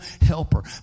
helper